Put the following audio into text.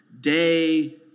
day